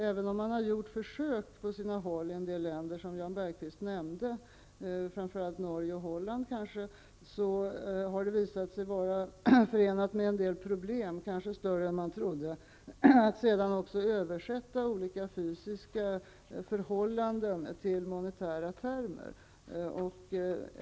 Även om man i en del länder -- kanske framför allt i Norge och Holland -- har gjort försök, som Jan Bergqvist nämnde, har det visat sig vara förenat med en del problem, kanske större än man trodde, att sedan också översätta olika fysiska förhållanden till monetära termer.